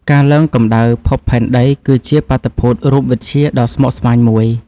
ការឡើងកម្ដៅភពផែនដី គឺជាបាតុភូតរូបវិទ្យាដ៏ស្មុគស្មាញមួយ។